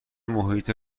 محیط